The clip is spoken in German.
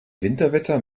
winterwetter